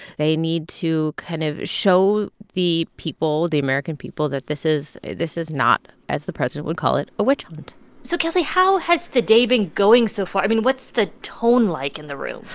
they need to kind of show the people, the american people, that this is this is not, as the president would call it, a witch hunt so, kelsey, how has the day been going so far? i mean, what's the tone like in the room?